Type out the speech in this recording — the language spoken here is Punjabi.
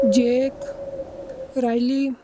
ਜੇਕ ਰਾਲੀ